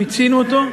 מיצינו אותו.